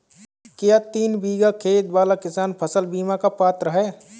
क्या तीन बीघा खेत वाला किसान फसल बीमा का पात्र हैं?